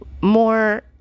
more